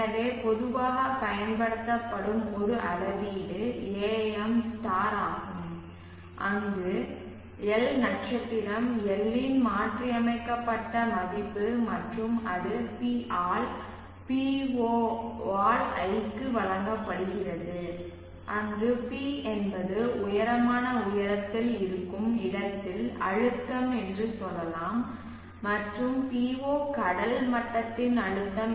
எனவே பொதுவாகப் பயன்படுத்தப்படும் ஒரு அளவீடு AMl ஆகும் அங்கு l நட்சத்திரம் l இன் மாற்றியமைக்கப்பட்ட மதிப்பு மற்றும் அது P ஆல் P0 ஆல் l க்கு வழங்கப்படுகிறது அங்கு P என்பது உயரமான உயரத்தில் இருக்கும் இடத்தில் அழுத்தம் என்று சொல்லலாம் மற்றும் P0 கடல் மட்டத்தில் அழுத்தம்